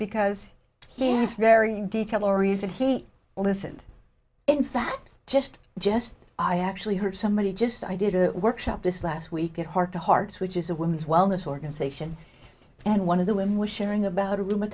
because he's very detail oriented he listened in fact just just i actually heard somebody just i did a workshop this last week at heart to hearts which is a women's wellness organization and one of the women was sharing about a r